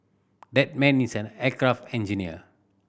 that man is an aircraft engineer